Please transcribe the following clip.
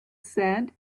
said